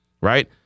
right